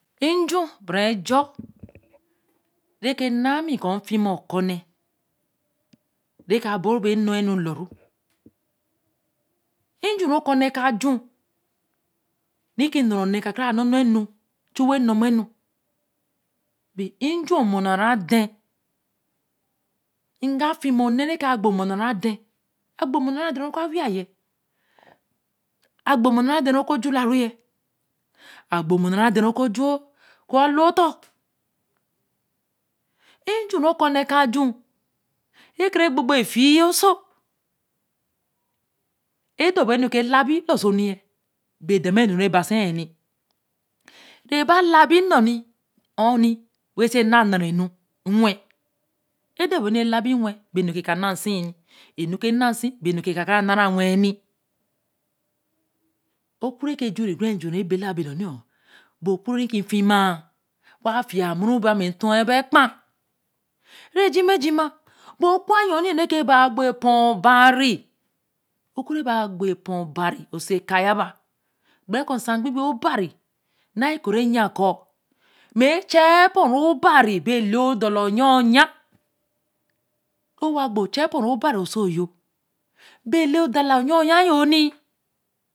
nju ke re ejon re ke naā. mi ko mfima o ku ne, re ke abo ru be n̄no yene nu lor ru, nju ru ko ne ka ju. re ki e ne ne kara nunu nu lor nu ju wen no ma nu, bi nju mur na ra dar, nga fima or ne re ka gbo o mur na ra de-n, agbo nur na ra darn re ku a wiya yen agbo nur nu a de-ne re ku ju laru yen, agbo mur ru a de-n re kur ju o ku alu oton nju re kor ne keju re ke re ke re gbo gbo efēeí oso, odor be nu re ka elabi lor so nuyen ba da m nure banseyi, re ba labi nor ni arni, wen si na, na ra enu wen, e dor be nu keke e labi wen, be nu ke ka ns sie enu re ke na si be nu re ka na ewen ni, o ku re ke ju o gu re ju re bela bo do ni bo ku re ki fima, wa fiya mur ru be mi e dor wa be kpa re jima jima okur ton ni re ke ba gbo eo obari, o ku re ba gbo epo obari, oso kayaba, gbere ko nsan kpei kpei obari na yi ko re yen ko, mme e chaā epo ru obari be ene odala o yen o yen owa gbo o char epo. ru obari oso npio yo be ene dala e oyo yen yon ni